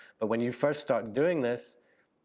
but when you first start doing this,